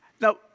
Now